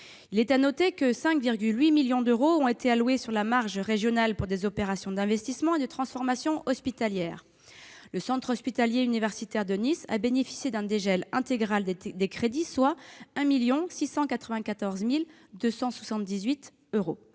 Il est à noter que 5,8 millions d'euros ont été alloués sur marge régionale pour des opérations d'investissements et de transformations hospitalières. Le centre hospitalier universitaire de Nice a bénéficié du dégel intégral des crédits, soit 1 694 278 euros.